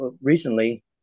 recently